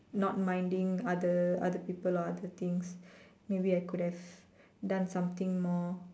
not minding other other people or other things maybe I could have done something more